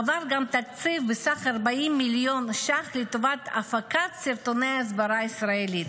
עבר גם תקציב בסך 40 מיליון שקלים לטובת הפקת סרטוני הסברה ישראלית.